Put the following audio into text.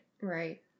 Right